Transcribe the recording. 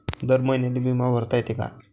दर महिन्याले बिमा भरता येते का?